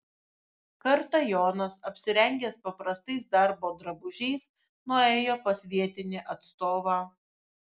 kartą jonas apsirengęs paprastais darbo drabužiais nuėjo pas vietinį atstovą